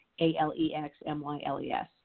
A-L-E-X-M-Y-L-E-S